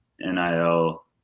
NIL